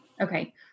Okay